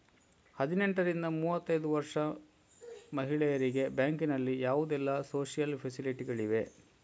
ಹದಿನೆಂಟರಿಂದ ಮೂವತ್ತೈದು ವರ್ಷ ಮಹಿಳೆಯರಿಗೆ ಬ್ಯಾಂಕಿನಲ್ಲಿ ಯಾವುದೆಲ್ಲ ಸೋಶಿಯಲ್ ಫೆಸಿಲಿಟಿ ಗಳಿವೆ?